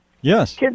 Yes